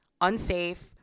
unsafe